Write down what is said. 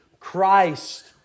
Christ